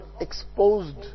exposed